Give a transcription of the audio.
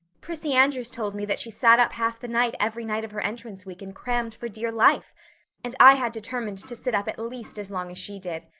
prissy andrews told me that she sat up half the night every night of her entrance week and crammed for dear life and i had determined to sit up at least as long as she did.